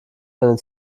eine